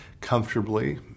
comfortably